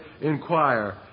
inquire